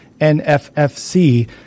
NFFC